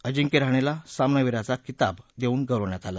अजिंक्य राहणेला सामना वीराचा किताब देऊन गौरवण्यात आलं